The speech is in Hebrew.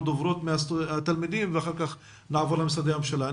דוברות מהתלמידים ולאחר מכן נעבור למשרדי הממשלה.